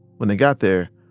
when they got there,